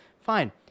fine